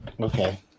Okay